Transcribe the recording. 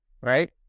right